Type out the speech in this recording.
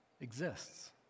exists